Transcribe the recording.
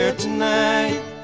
tonight